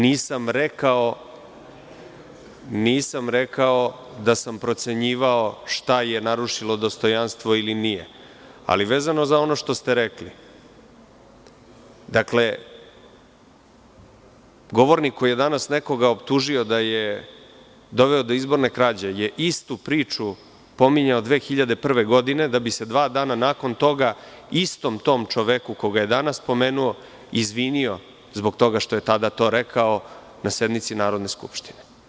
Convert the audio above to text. Ne vidim zašto sam izazvao povredu Poslovnika jer zaista nisam rekao da sam procenjivao šta je narušilo dostojanstvo ili nije, ali vezano za ono što ste rekli, dakle, govornik koji je danas nekoga optužio da je doveo do izborne krađe je istu priču pominjao 2001. godine, da bi se dva dana nakon toga istom tom čoveku koga je danas pomenuo izvinio zbog toga što je tada to rekao na sednici Narodne skupštine.